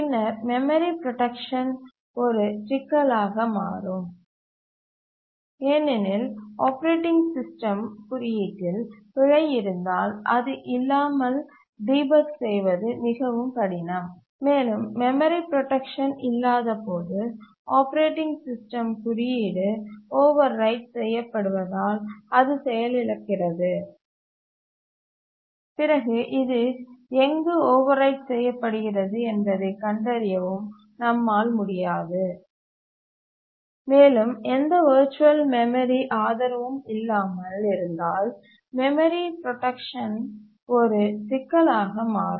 பின்னர் memory protection ஒரு சிக்கலாக மாறும் ஏனெனில் ஆப்பரேட்டிங் சிஸ்டம் குறியீட்டில் பிழை இருந்தால் அது இல்லாமல் டிபக் செய்வது மிகவும் கடினம் மேலும் மெமரி புரோடக்சன் இல்லாத போது ஆப்பரேட்டிங் சிஸ்டம் குறியீடு ஓவர்ரைட் செய்யப்படுவதால் அது செயலிழக்கிறது பிறகு இது எங்கு ஓவர்ரைட் செய்யப்படுகிறது என்பதைக் கண்டறியவும் நம்மால் முடியாது மேலும் எந்த வர்ச்சுவல் மெமரி ஆதரவும் இல்லாமல் இருந்தால் மெமரி பிராக்மெண்டேஷன் ஒரு சிக்கலாக மாறும்